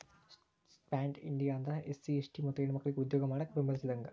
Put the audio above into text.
stand up India ಅಂದ್ರ SC ST ಮತ್ತ ಹೆಣ್ಮಕ್ಕಳಿಗೆ ಉದ್ಯೋಗ ಮಾಡಾಕ ಬೆಂಬಲಿಸಿದಂಗ